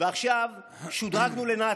ועכשיו שודרגנו לנאצים.